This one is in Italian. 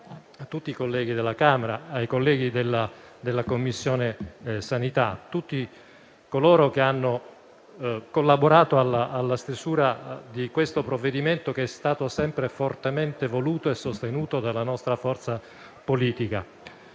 a tutti i colleghi della Camera, ai colleghi della 12a Commissione e a tutti coloro che hanno collaborato alla stesura di questo provvedimento, che è stato sempre fortemente voluto e sostenuto dalla nostra forza politica.